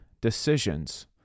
decisions